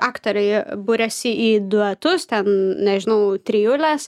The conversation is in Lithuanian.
aktoriai buriasi į duetus ten nežinau trijules